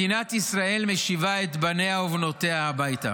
מדינת ישראל משיבה את בניה ובנותיה הביתה.